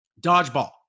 Dodgeball